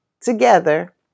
together